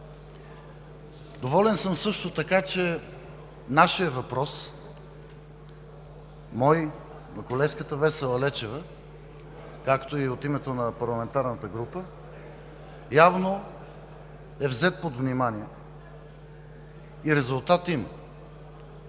Доволен съм също така, че нашият въпрос – мой и на колежката Весела Лечева, както и от името на парламентарната група, явно е взет под внимание и резултат има.